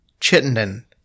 Chittenden